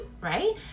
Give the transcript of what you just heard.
right